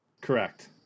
Correct